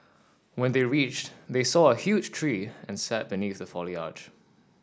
when they reached they saw a huge tree and sat beneath the foliage